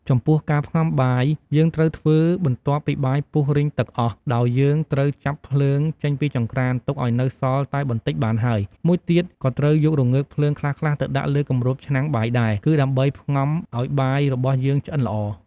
ចំពោះការផ្ងំបាយ យើងត្រូវធ្វើបន្ទាប់ពីបាយពុះរីងទឹកអស់ ដោយយើងត្រូវចាប់ភ្លើងចេញពីចង្រ្កាន ទុកឱ្យនៅសល់តែបន្តិចបានហើយ មួយទៀតក៏ត្រូវយករងើកភ្លើងខ្លះៗទៅដាក់លើគម្របឆ្នាំងបាយដែរ គឺដើម្បីផ្ងំឱ្យបាយរបស់យើងឆ្អិនល្អ។